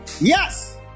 Yes